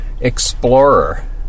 explorer